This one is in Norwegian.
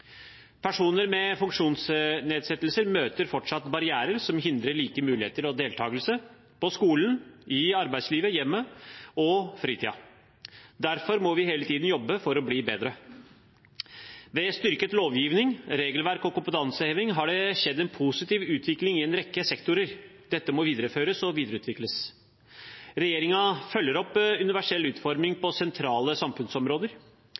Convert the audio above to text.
Personer med funksjonsnedsettelser møter fortsatt barrierer som hindrer like muligheter til deltakelse på skolen, i arbeidslivet, hjemme og på fritiden. Derfor må vi hele tiden jobbe for å bli bedre. Ved styrket lovgivning, regelverk og kompetanseheving har det skjedd en positiv utvikling i en rekke sektorer. Dette må videreføres og videreutvikles. Regjeringen følger opp universell utforming på sentrale samfunnsområder.